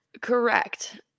Correct